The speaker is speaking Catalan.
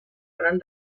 faran